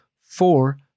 four